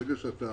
ברגע שאתה